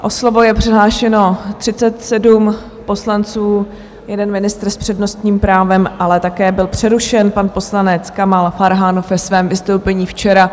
O slovo je přihlášeno 37 poslanců, jeden ministr s přednostním právem, ale také byl přerušen pan poslanec Kamal Farhan ve svém vystoupení včera.